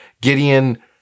Gideon